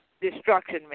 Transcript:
destruction